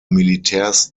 militärs